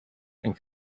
and